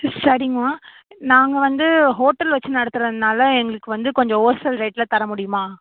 சரிங்கம்மா நாங்கள் வந்து ஹோட்டல் வச்சு நடத்துகிறதுனால எங்களுக்கு வந்து கொஞ்சம் ஹோல் சேல் ரேட்டில் தரமுடியுமா